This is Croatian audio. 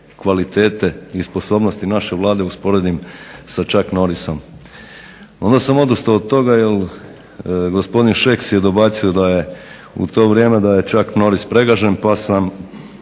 kvalitete i sposobnosti naše Vlade usporedim sa Chuck NOrrisom. Onda sam odustao od toga jer gospodin Šeks je dobacio da je u to vrijeme, da je Chuck NOrris pregažen pa sam